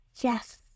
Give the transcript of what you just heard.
Yes